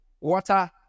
water